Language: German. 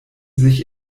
sich